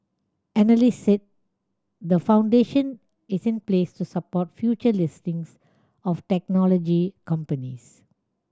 analysts said the foundation is in place to support future listings of technology companies